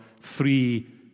three